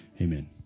Amen